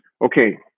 okay